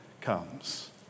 comes